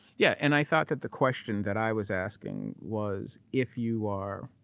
yeah. and i thought that the question that i was asking was if you are